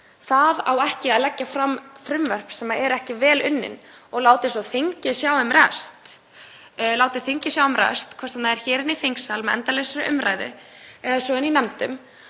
Það á ekki að leggja fram frumvörp sem eru ekki vel unnin og láta svo þingið sjá um rest, hvort sem það er hér inni í þingsal með endalausri umræðu og svo í nefndum